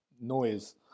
noise